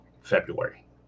February